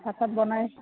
ভাত চাত বনাই